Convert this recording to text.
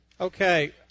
Okay